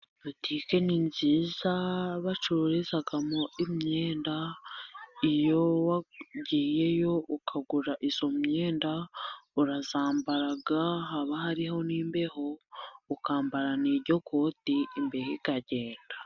Butike ni nziza bacururizamo imyenda, iyo wagiyeyo ukagura iyo myenda urayambara, haba hariho n'imbeho ukambara ni iryo koti imbeho ikagenda.